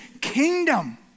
kingdom